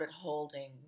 holding